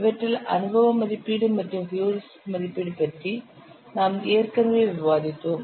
இவற்றில் அனுபவ மதிப்பீடு மற்றும் ஹியூரிஸ்டிக் மதிப்பீடு பற்றி நாம் ஏற்கனவே விவாதித்தோம்